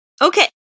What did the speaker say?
Okay